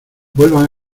vuelvan